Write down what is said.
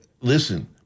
listen